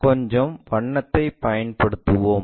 கொஞ்சம் வண்ணத்தைப் பயன்படுத்துவோம்